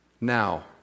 Now